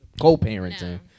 co-parenting